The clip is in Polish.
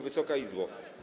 Wysoka Izbo!